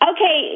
Okay